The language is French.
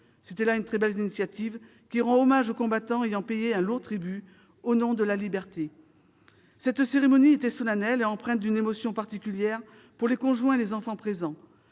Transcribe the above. C'est là une très belle initiative qui rend hommage aux combattants ayant payé un lourd tribut au nom de la liberté. Cette cérémonie était solennelle et empreinte d'une émotion particulière pour les conjoints et les enfants présents.